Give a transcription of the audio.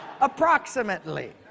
Approximately